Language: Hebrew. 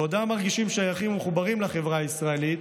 בעודם מרגישים שייכים ומחוברים לחברה הישראלית,